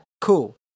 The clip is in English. cool